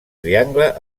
triangle